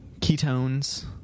ketones